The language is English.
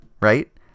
right